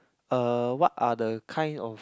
uh what are the kind of